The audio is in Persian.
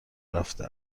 رفته